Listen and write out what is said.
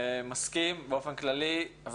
מסכים באופן כללי.